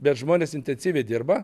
bet žmonės intensyviai dirba